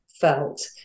felt